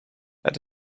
het